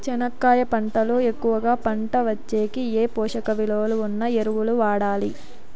చెనక్కాయ పంట లో ఎక్కువగా పంట వచ్చేకి ఏ పోషక విలువలు ఉన్న ఎరువులు వాడాలి?